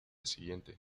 siguiente